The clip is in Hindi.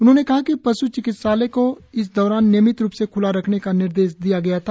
उन्होंने कहा कि पश् चिकित्सालय को इस दौरान नियमित रुप से ख्ला रखने का निर्देश दिया गया था